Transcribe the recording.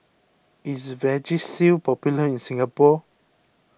is Vagisil popular in Singapore